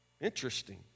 Interesting